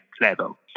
level